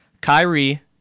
Kyrie